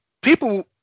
people